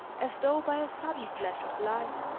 as though by a sudden flash of light.